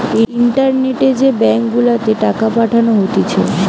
ইন্টারনেটে যে ব্যাঙ্ক গুলাতে টাকা পাঠানো হতিছে